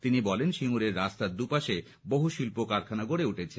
তিনি বলেন সিঙ্গুরের রাস্তার দু পাশে বহু শিল্প কলকারখানা গড়ে উঠেছে